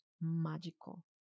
magical